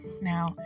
Now